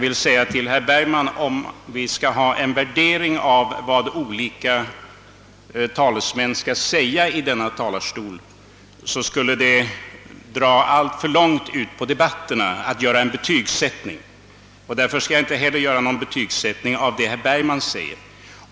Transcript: Herr talman! Om vi skall ha en värdering av vad olika talesmän säger i denna talarstol skulle debatterna bli alltför långa. Därför skall jag inte heller betygsätta vad herr Bergman har sagt.